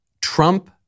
Trump